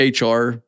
HR